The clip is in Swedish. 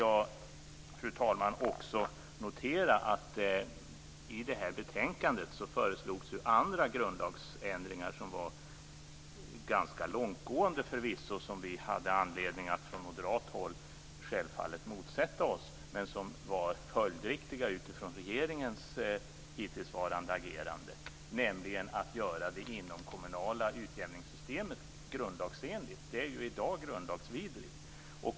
Jag vill också notera att det i betänkandet föreslogs andra grundlagsändringar som förvisso var ganska långtgående och som vi från moderat håll självfallet hade anledning att motsätta oss men som var följdriktiga utifrån regeringens hittillsvarande agerande. Det handlade om att göra det inomkommunala systemet grundlagsenligt. Det är ju i dag grundlagsvidrigt.